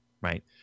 Right